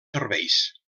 serveis